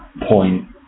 point